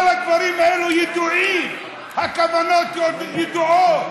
כל הדברים האלה ידועים, הכוונות ידועות.